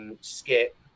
Skip